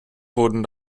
wurden